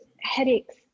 headaches